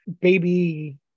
baby